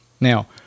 Now